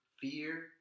Fear